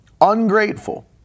ungrateful